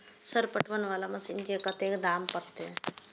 Sir पटवन वाला machine के कतेक दाम परतें?